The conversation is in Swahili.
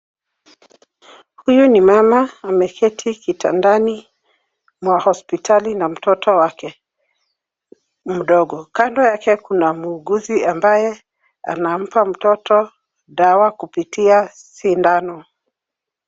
Huyu ni mama ameketi kitandani mwa hospitali na mtoto wake mdogo. Kando yake kuna muuguzi ambaye anampa mtoto dawa kupitia sindano.